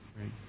right